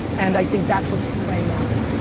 and i think that's what's playing out.